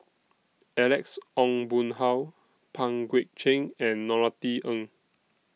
Alex Ong Boon Hau Pang Guek Cheng and Norothy Ng